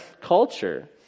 culture